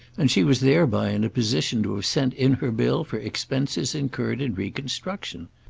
and she was thereby in a position to have sent in her bill for expenses incurred in reconstruction.